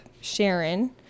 Sharon